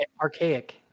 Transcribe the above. archaic